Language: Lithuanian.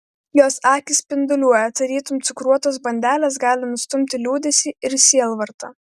jos akys spinduliuoja tarytum cukruotos bandelės gali nustumti liūdesį ir sielvartą